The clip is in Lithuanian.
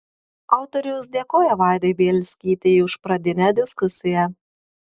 autorius dėkoja vaidai bielskytei už pradinę diskusiją